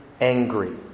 angry